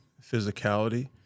physicality